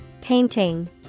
Painting